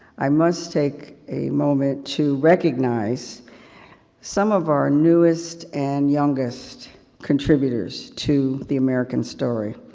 i must take a moment to recognize some of our newest, and youngest contributors to the american story.